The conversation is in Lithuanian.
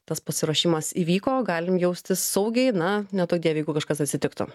tas pasiruošimas įvyko galim jaustis saugiai na neduok dieve jeigu kažkas atsitiktų